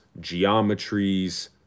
geometries